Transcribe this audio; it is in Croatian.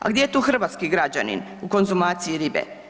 A gdje je tu hrvatski građanin u konzumaciji ribe?